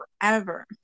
forever